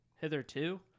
hitherto